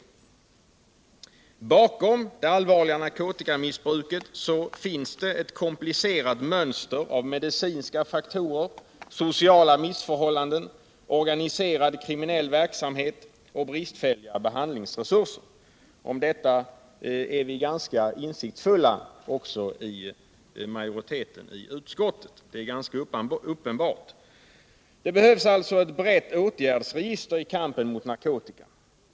k Bakom det allvarliga narkotikamissbruket finns ett komplicerat mönster av medicinska faktorer, sociala missförhållanden, organiserad kriminell verksamhet och bristfälliga behandlingsresurser. Om detta är vi inom majoriteten i utskottet förhållandevis insiktsfulla. Det är ganska uppenbart. Det behövs alltså ett brett åtgärdsregister i kampen mot narkotika.